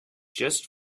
just